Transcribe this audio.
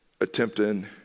attempting